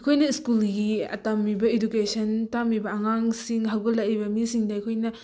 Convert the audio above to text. ꯑꯩꯈꯣꯏꯅ ꯁ꯭ꯀꯨꯜꯒꯤ ꯇꯝꯃꯤꯕ ꯏꯗꯨꯀꯦꯁꯟ ꯇꯝꯃꯤꯕ ꯑꯉꯥꯡꯁꯤꯡ ꯍꯧꯒꯠꯂꯛꯏꯕ ꯃꯤꯁꯤꯡꯗ ꯑꯩꯈꯣꯏꯅ